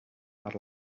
per